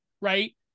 right